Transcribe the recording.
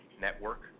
network